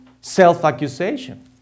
self-accusation